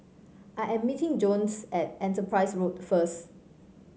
I am meeting Jones at Enterprise Road first